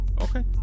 Okay